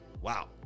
Wow